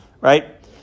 right